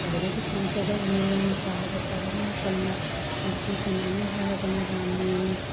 ꯈ꯭ꯋꯥꯏꯗꯒꯤ ꯄꯥꯝꯖꯕ ꯅꯨꯄꯥ ꯍꯥꯏꯕ ꯇꯥꯔꯒꯅ ꯁꯜꯃꯥꯟ ꯅꯨꯄꯤ ꯀꯅꯥꯅꯣ ꯍꯥꯏꯔꯒꯅ ꯔꯥꯅꯤꯅꯦ